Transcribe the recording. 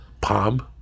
palm